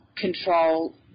control